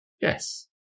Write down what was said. Yes